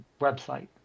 website